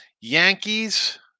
Yankees